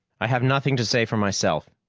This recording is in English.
i have nothing to say for myself,